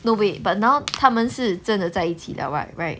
no wait but now 他们是真的在一起 liao [what] right